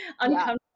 uncomfortable